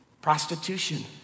Prostitution